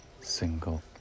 single